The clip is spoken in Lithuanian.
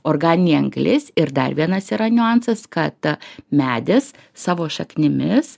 organinė anglis ir dar vienas yra niuansas kad medis savo šaknimis